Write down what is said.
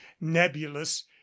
nebulous